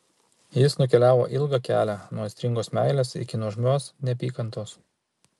jis nukeliavo ilgą kelią nuo aistringos meilės iki nuožmios neapykantos